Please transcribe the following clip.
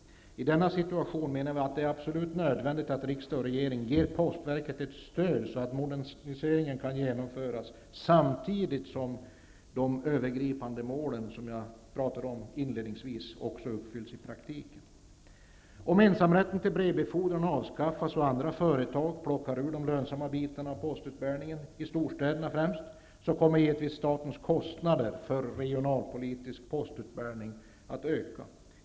I den situationen, menar vi, är det absolut nödvändigt att riksdag och regering ger postverket ett stöd så att moderniseringen kan genomföras samtidigt som de övergripande mål som jag talade om inledningsvis också uppnås i praktiken. kommer givetvis statens kostnader för regionalpolitisk postutbäring att öka.